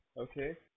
Okay